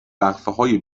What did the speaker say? وقفههای